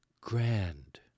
grand